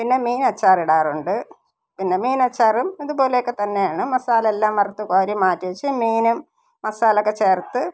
പിന്നെ മീനച്ചാറിടാറുണ്ട് പിന്നെ മീനച്ചാറും ഇതുപോലെയൊക്കെ തന്നെയാണ് മസാലയെല്ലാം വറുത്ത് കോരി മാറ്റി വെച്ച് മീനും മസാലയൊക്കെ ചേർത്ത്